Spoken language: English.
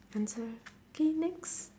answer K next